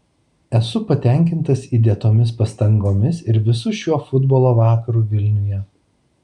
esu patenkintas įdėtomis pastangomis ir visu šiuo futbolo vakaru vilniuje